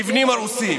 מבנים הרוסים.